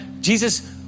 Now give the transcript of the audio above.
Jesus